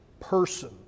person